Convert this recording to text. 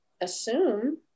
assume